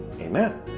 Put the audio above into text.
Amen